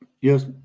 Yes